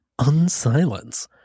Unsilence